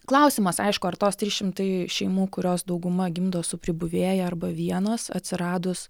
klausimas aišku ar tos trys šimtai šeimų kurios dauguma gimdo su pribuvėja arba vienos atsiradus